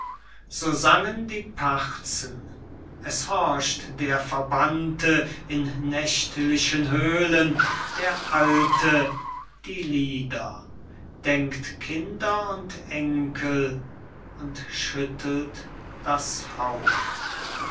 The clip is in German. so sangen die parzen es horcht der verbannte in nächtlichen höhlen der alte die lieder denkt kinder und enkel und schüttelt das haupt